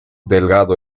delgado